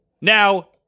now